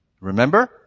Remember